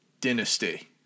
Dynasty